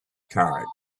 card